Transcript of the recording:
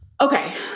okay